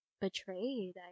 betrayed